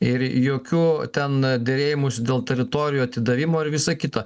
ir jokių ten derėjimosi dėl teritorijų atidavimo ir visa kita